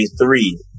three